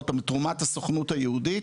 תרומת הסוכנות היהודית